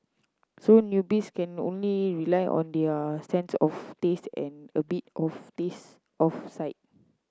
so newbies can only rely on their sense of taste and a bit of sense of sight